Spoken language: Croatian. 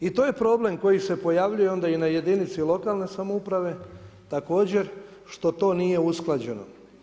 I to je problem koji se pojavljuje onda i na jedinici lokalne samouprave također što to nije usklađeno.